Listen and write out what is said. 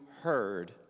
heard